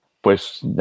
Pues